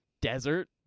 desert